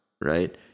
right